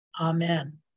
Amen